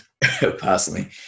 personally